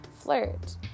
Flirt